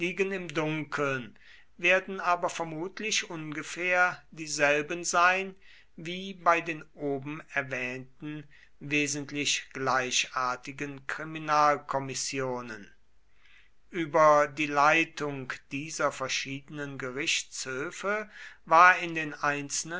im dunkeln werden aber vermutlich ungefähr dieselben sein wie bei den oben erwähnten wesentlich gleichartigen kriminalkommissionen über die leitung dieser verschiedenen gerichtshöfe war in den einzelnen